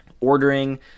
ordering